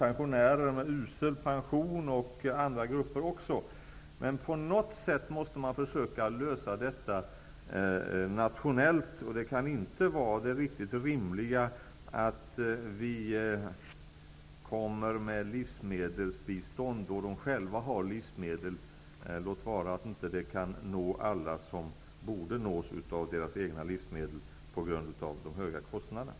Pensionärerna har usel pension, och det finns andra grupper också. Men på något sätt måste man försöka lösa detta nationellt. Det kan inte vara riktigt rimligt att vi kommer med livsmedelsbistånd när de själva har livsmedel -- låt vara att livsmedlen inte kan nå alla som borde nås av dem på grund av de höga kostnaderna.